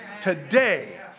today